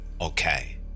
Okay